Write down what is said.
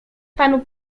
panu